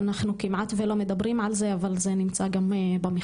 אנחנו כמעט ולא מדברים על זה אבל זה נמצא גם במחקרים.